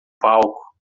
palco